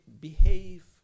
behave